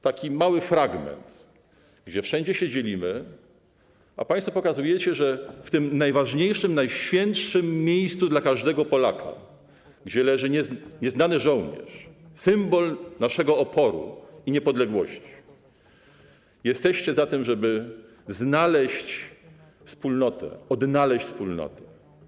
Taki mały fragment, gdy wszędzie się dzielimy, a państwo pokazujecie, że w tym najważniejszym, najświętszym miejscu dla każdego Polaka, gdzie leży nieznany żołnierz, symbol naszego oporu i niepodległości, jesteście za tym, żeby odnaleźć wspólnotę.